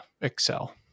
excel